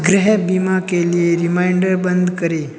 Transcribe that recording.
गृह बीमा के लिए रिमाइंडर बंद करें